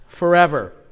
Forever